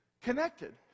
connected